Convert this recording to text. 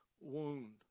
wound